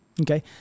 Okay